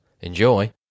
enjoy